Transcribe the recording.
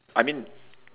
I mean